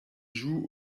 joue